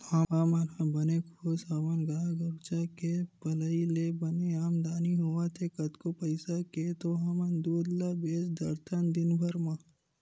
हमन ह बने खुस हवन गाय गरुचा के पलई ले बने आमदानी होवत हे कतको पइसा के तो हमन दूदे ल बेंच डरथन दिनभर म